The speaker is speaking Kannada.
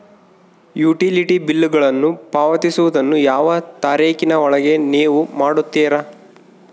ಯುಟಿಲಿಟಿ ಬಿಲ್ಲುಗಳನ್ನು ಪಾವತಿಸುವದನ್ನು ಯಾವ ತಾರೇಖಿನ ಒಳಗೆ ನೇವು ಮಾಡುತ್ತೇರಾ?